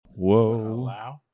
whoa